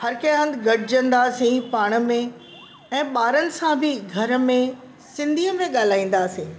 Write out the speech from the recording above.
हर कंहिं हधि गॾजंदासीं पाण में ऐं ॿारनि सां बि घर में सिंधीअ में ॻाल्हाईंदासीं